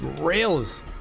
rails